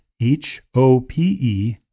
h-o-p-e